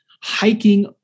hiking